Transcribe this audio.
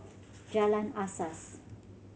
Jalan Asas